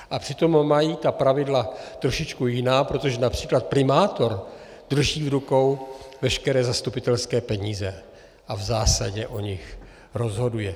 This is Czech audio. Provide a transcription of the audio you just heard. A přitom mají ta pravidla trošičku jiná, protože například primátor drží v rukou veškeré zastupitelské peníze a v zásadě o nich rozhoduje.